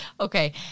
okay